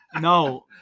No